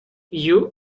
you